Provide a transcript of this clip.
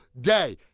day